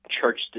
Church